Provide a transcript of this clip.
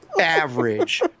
average